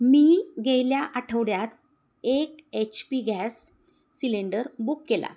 मी गेल्या आठवड्यात एक H P gas cylinder book केला